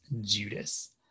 Judas